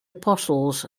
apostles